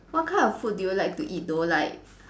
what kind of food do you like to eat though like